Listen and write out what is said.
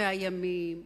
100 ימים,